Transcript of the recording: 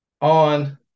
on